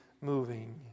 moving